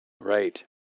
Right